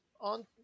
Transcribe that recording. on